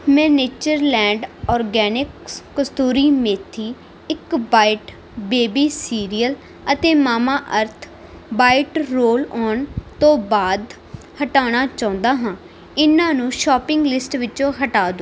ਮੈਂ Natureland organics kasuri methi ਇੱਕ bite baby cereal ਅਤੇ ਮਾਮਾਅਰਥ ਬਾਈਟ ਰੋਲ ਆਨ ਤੋਂ ਬਾਅਦ ਹਟਾਉਣਾ ਚਾਹੁੰਦਾ ਹਾਂ ਇਹਨਾਂ ਨੂੰ ਸ਼ੋਪਿੰਗ ਲਿਸਟ ਵਿੱਚੋਂ ਹਟਾ